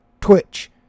Twitch